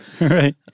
Right